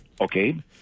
Okay